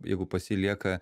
jeigu pasilieka